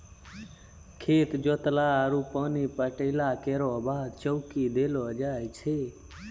खेत जोतला आरु पानी पटैला केरो बाद चौकी देलो जाय छै?